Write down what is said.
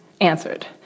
answered